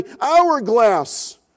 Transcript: hourglass